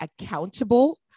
accountable